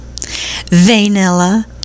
vanilla